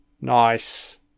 nice